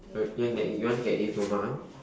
uh you want to get it you want to get it for mum